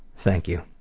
thank you.